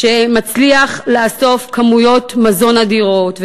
שמצליח לאסוף כמויות מזון אדירות,